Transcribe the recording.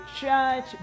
church